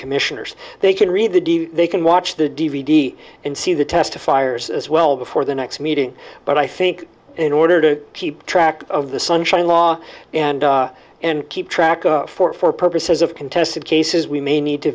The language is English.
commissioners they can read the they can watch the d v d and see the testifiers as well before the next meeting but i think in order to keep track of the sunshine law and and keep track of for for purposes of contested cases we may need to